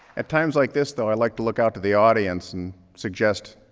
at times like this, though, i like to look out to the audience and suggest,